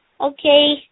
Okay